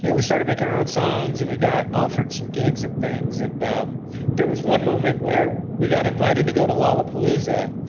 and we started making our own songs and we got offered some gigs and things and there was one moment where we got invited to go to lollapalooza.